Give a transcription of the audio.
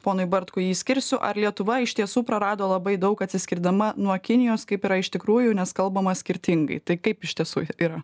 ponui bartkui jį skirsiu ar lietuva iš tiesų prarado labai daug atsiskirdama nuo kinijos kaip yra iš tikrųjų nes kalbama skirtingai tai kaip iš tiesų yra